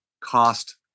cost